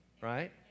right